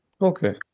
Okay